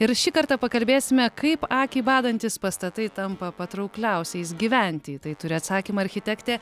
ir šį kartą pakalbėsime kaip akį badantys pastatai tampa patraukliausiais gyventi į tai turi atsakymą architektė